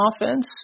offense